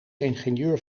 ingenieur